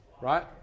right